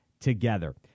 together